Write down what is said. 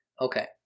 Okay